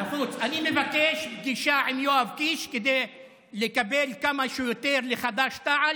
אני מבקש פגישה עם יואב קיש כדי לקבל כמה שיותר לחד"ש-תע"ל,